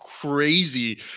crazy